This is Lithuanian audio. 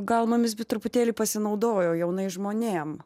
gal mumis truputėlį pasinaudojau jaunais žmonėm